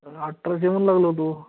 आम्ही अठराशे म्हणू लागलो होतो